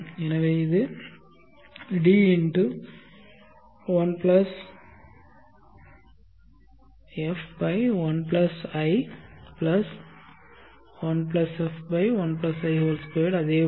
எனவே இது D1 f1i 1 f1i 2